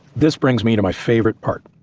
this brings me to my favorite part.